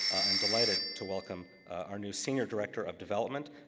i'm delighted to welcome our new senior director of development,